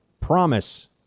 Promise